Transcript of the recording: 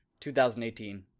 2018